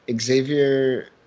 Xavier